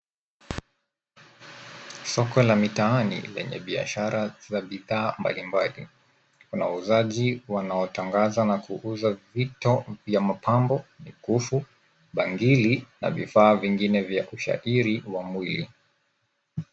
Soko la mtaani lenye biashara za bidhaa mbalimbali kuna wauzaji wanao tangaza na kuuza vito vya mapambo, vikufu, bangili na vifaa vingine vya kushahiri wa mwili.